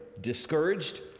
discouraged